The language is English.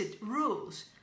rules